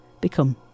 become